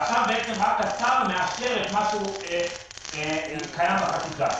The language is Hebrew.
עכשיו אתה מאשר את מה שקיים בחקיקה